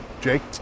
Jake